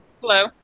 Hello